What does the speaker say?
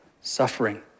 suffering